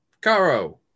Caro